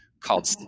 called